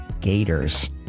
Gators